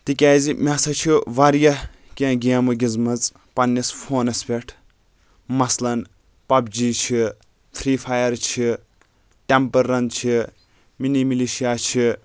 تِکیٛازِ مےٚ ہسا چھِ واریاہ کیٚنٛہہ گیٚمہٕ گِنٛدمژٕ پنٕنِس فونس پٮ۪ٹھ مثلَن پب جی چھِ فرٛی فایَر چھِ ٹیٚمپُل رَن چھِ مِنی ملیشیا چھِ